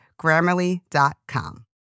Grammarly.com